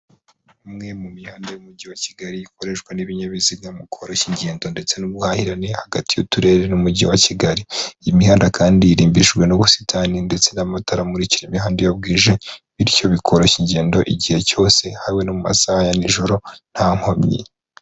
Umwe mu mihanda y'umujyi wa Kigali ikoreshwa n'ibinyabiziga mu koroshya ingendo ndetse n'ubuhahirane hagati y'uturere n'umujyi wa Kigali. Iyi mihanda kandi irimbishijwe n'ubusitani ndetse n'amatara amurikira imihanda iyo bwije bityo bikoroshya ingendo igihe cyose, haba no mu masaha ya nijoro nta nkomyi.